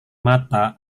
mata